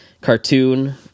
cartoon